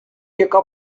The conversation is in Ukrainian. яка